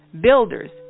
builders